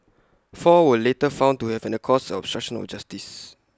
four were later found to have an caused obstruction of justice